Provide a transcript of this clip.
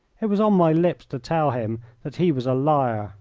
it was on my lips to tell him that he was a liar